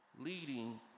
leading